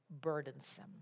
burdensome